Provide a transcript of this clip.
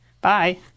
Bye